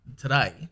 today